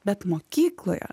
bet mokykloje